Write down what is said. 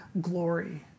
glory